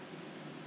!wah!